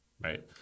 right